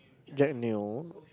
Jack-Neo